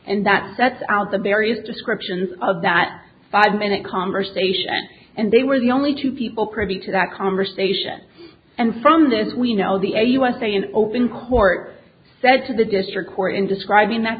and that sets out the various descriptions of that five minute conversation and they were the only two people privy to that conversation and from that we know the a usa in open court said to the district court in describing that